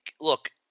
look